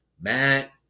Matt